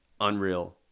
unreal